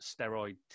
steroid